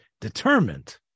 determined